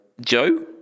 Joe